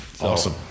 awesome